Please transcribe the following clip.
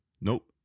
Nope